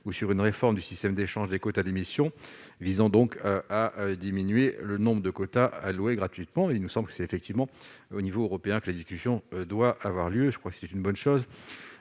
ou sur une réforme du système d'échange des quotas d'émissions visant donc à diminuer le nombre de quotas alloués gratuitement et il nous semble, c'est effectivement au niveau européen, que la discussion doit avoir lieu, je crois que c'est une bonne chose